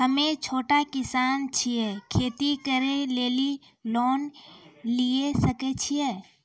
हम्मे छोटा किसान छियै, खेती करे लेली लोन लिये सकय छियै?